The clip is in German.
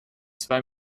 zwei